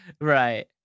Right